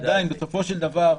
עדין, בסופו של דבר,